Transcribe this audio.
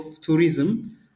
Tourism